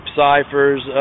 ciphers